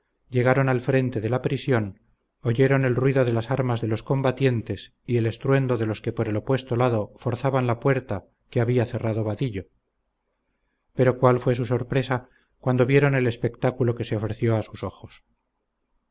llegaron al frente de la prisión oyeron el ruido de las armas de los combatientes y el estruendo de los que por el opuesto lado forzaban la puerta que había cerrado vadillo pero cuál fue su sorpresa cuando vieron el espectáculo que se ofreció a sus ojos